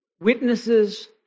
Witnesses